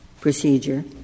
procedure